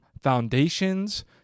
foundations